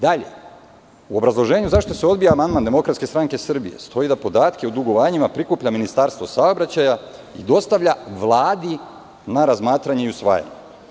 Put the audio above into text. Dalje, u obrazloženju zašto se odbija amandman DSS, stoji da podatke o dugovanjima prikuplja Ministarstvo saobraćaja i dostavlja Vladi na razmatranje i usvajanje.